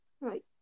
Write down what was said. right